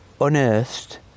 unearthed